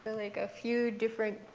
like a few different